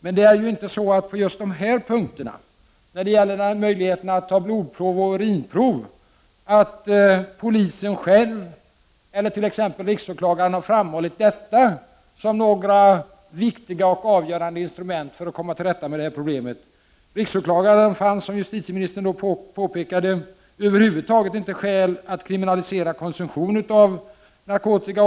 Polisen själv eller t.ex. riksåklagaren har inte själva framhållit att möjligheten att ta blodprov och urinprov är några viktiga och avgörande instrument för att komma till rätta med detta problem. Riksåklagaren fann, som justitieministern påpekade, över huvud taget inte skäl att kriminalisera konsumtion av narkotika.